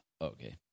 Okay